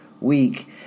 week